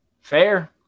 Fair